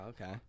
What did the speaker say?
okay